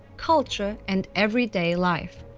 culture, and everyday life.